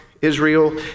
Israel